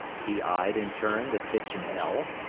he eyed in turn the kitchen ell,